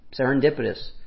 serendipitous